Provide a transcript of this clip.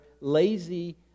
lazy